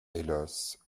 hélas